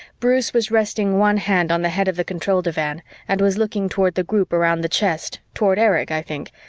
bruce was resting one hand on the head of the control divan and was looking toward the group around the chest, toward erich, i think,